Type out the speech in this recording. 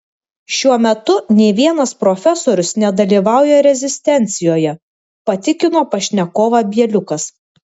šiuo metu nė vienas profesorius nedalyvauja rezistencijoje patikino pašnekovą bieliukas